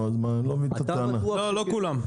לא כולם.